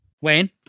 Wayne